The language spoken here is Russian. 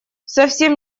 совсем